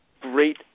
great